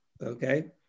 Okay